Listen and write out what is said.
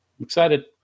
excited